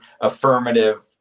affirmative